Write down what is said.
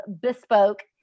Bespoke